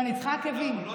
לצערי,